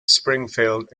springfield